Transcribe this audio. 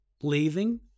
leaving